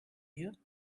you